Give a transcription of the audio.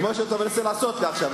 כמו שאתה מנסה לעשות לי עכשיו,